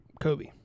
Kobe